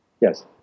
Yes